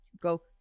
go